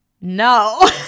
no